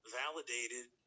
validated